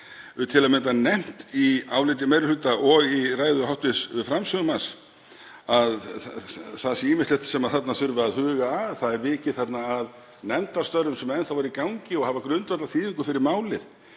til að mynda nefnt í áliti meiri hluta og í ræðu hv. framsögumanns að það sé ýmislegt þarna sem þurfi að huga að. Það er vikið að nefndarstörfum sem enn eru í gangi og hafa grundvallarþýðingu fyrir málið.